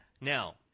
Now –